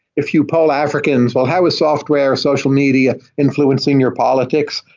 if you poll africans, well, how is software, social media influencing your politics?